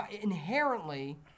inherently